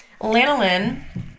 lanolin